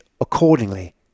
accordingly